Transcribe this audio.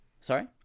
Sorry